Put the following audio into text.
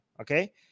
okay